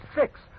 six